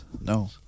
no